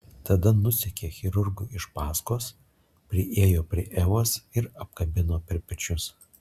tada nusekė chirurgui iš paskos priėjo prie evos ir apkabino per pečius